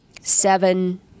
seven